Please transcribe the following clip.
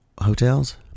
Hotels